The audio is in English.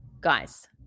guys